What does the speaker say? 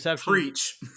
Preach